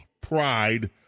Pride